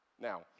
Now